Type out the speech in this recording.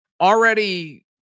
already